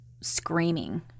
screaming